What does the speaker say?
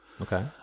Okay